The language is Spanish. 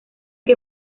que